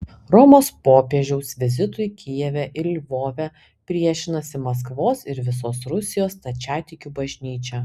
romos popiežiaus vizitui kijeve ir lvove priešinasi maskvos ir visos rusijos stačiatikių bažnyčia